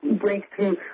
Breakthrough